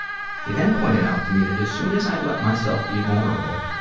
he then pointed out to me that as soon as i let myself be vulnerable,